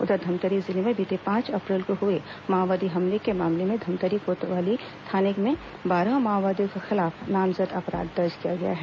उधर धमतरी जिले में बीते पांच अप्रैल को हुए माओवादी हमले के मामले में धमतरी कोतवाली थाने में बारह माओवादियों के खिलाफ नामजद अपराध दर्ज किया गया है